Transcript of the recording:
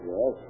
Yes